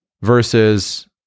versus